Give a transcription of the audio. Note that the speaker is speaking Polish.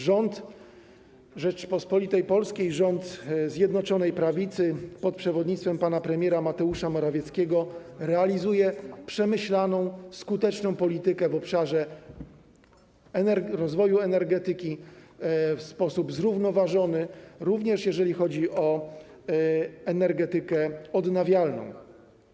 Rząd Rzeczypospolitej Polskiej, rząd Zjednoczonej Prawicy pod przewodnictwem pana premiera Mateusza Morawieckiego realizuje przemyślaną, skuteczną politykę w obszarze rozwoju energetyki, w sposób zrównoważony, również jeżeli chodzi o energetykę odnawialną.